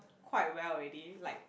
quite well already like